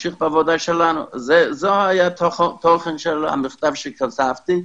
זה התוכן של המכתב שכתבתי,